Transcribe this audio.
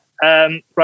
Right